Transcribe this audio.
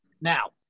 Now